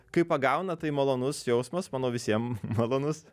kai pagauna tai malonus jausmas manau visiem malonus